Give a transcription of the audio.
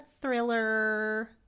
thriller